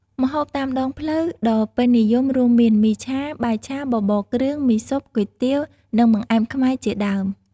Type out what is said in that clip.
ម្ហូបតាមដងផ្លូវដ៏ពេញនិយមរួមមាន មីឆា បាយឆា បបរគ្រឿង មីស៊ុប គុយទាវ និងបង្អែមខ្មែរជាដើម។